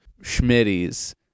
Schmitty's